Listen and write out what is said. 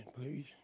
please